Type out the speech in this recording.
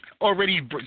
already